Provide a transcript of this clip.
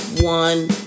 One